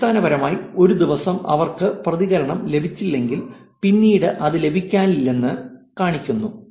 അടിസ്ഥാനപരമായി ഒരു ദിവസം അവർക്ക് ഒരു പ്രതികരണം ലഭിച്ചില്ലെങ്കിൽ അവർക്ക് പിന്നീട് അത് ലഭിക്കില്ലെന്ന് ഇത് കാണിക്കുന്നു